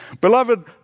Beloved